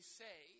say